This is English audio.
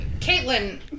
Caitlin